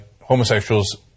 homosexuals